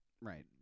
Right